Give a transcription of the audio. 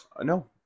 No